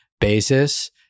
basis